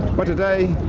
but today,